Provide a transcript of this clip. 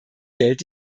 geld